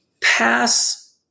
pass